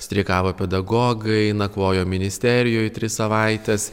streikavo pedagogai nakvojo ministerijoj tris savaites